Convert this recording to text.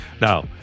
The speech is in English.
Now